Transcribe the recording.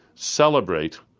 celebrate